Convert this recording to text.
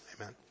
Amen